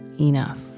enough